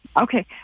Okay